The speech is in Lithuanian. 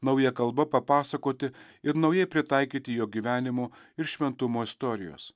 nauja kalba papasakoti ir naujai pritaikyti jo gyvenimo ir šventumo istorijos